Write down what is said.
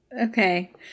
Okay